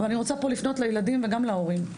אני רוצה לפנות לילדים וגם להורים.